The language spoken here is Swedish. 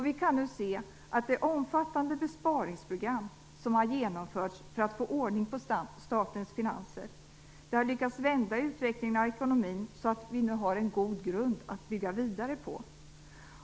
Vi kan nu se att det omfattande besparingsprogram som har genomförts för att få ordning på statens finanser har lyckats vända utvecklingen av ekonomin så att vi nu har en god grund att bygga vidare på.